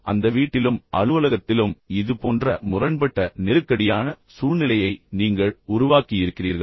அந்த வீட்டிலும் அலுவலகத்திலும் இதுபோன்ற முரண்பட்ட நெருக்கடியான சூழ்நிலையை நீங்கள் உருவாக்கியிருக்கிறீர்களா